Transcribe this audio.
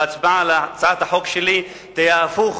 בהצבעה על הצעת החוק שלי, יהיה הפוך